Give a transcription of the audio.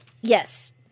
Yes